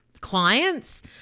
clients